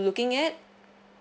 looking at